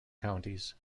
counties